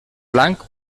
blanc